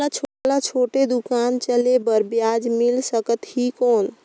मोला छोटे दुकान चले बर ब्याज मिल सकत ही कौन?